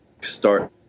Start